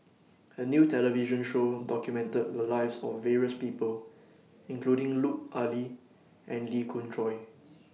A New television Show documented The Lives of various People including Lut Ali and Lee Khoon Choy